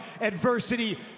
adversity